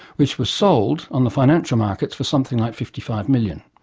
which was sold on the financial markets for something like fifty five million.